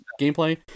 gameplay